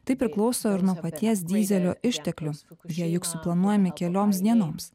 tai priklauso ir nuo paties dyzelio išteklių jie juk suplanuojami kelioms dienoms